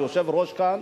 הוא היושב-ראש כאן,